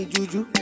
Juju